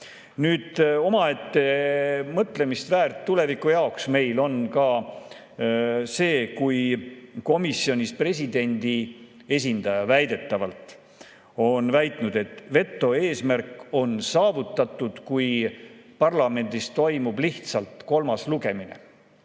Nüüd, omaette mõtlemist väärt tuleviku jaoks meil on ka see, kui komisjonis presidendi esindaja väidetavalt on väitnud, et veto eesmärk on saavutatud, kui parlamendis toimub lihtsalt kolmas lugemine